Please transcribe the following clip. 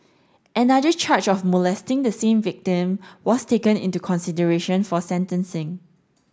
another charge of molesting the same victim was taken into consideration for sentencing